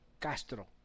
Castro